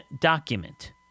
document